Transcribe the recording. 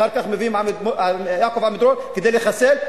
אחר כך מביאים את יעקב עמידרור כדי לחסל,